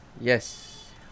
Yes